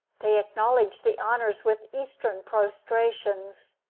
they acknowledged the honors with eastern prostrations.